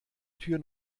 tür